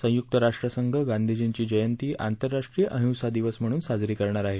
संयुक्त राष्ट्र संघ गांधीजींची जयंती आंतरराष्ट्रीय अहिंसा दिवस म्हणून साजरी करणार आहे